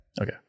Okay